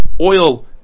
oil